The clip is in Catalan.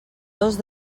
dos